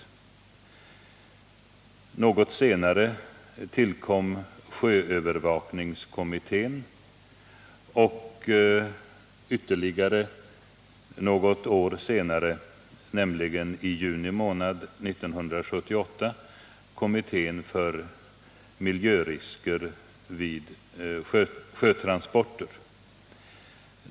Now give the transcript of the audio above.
Något senare tillkom sjöövervakningskommittén och ytterligare något år senare, nämligen i juni månad 1978, kommittén för miljörisker vid sjötransporter.